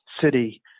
city